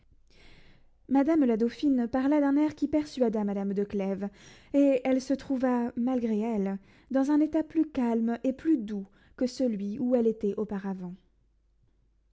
madame la dauphine parla d'un air qui persuada madame de clèves et elle se trouva malgré elle dans un état plus calme et plus doux que celui où elle était auparavant